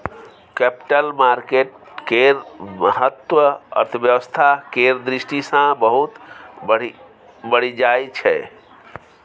capital market केर महत्व अर्थव्यवस्था केर दृष्टि सँ बहुत बढ़ि जाइ छै